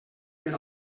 per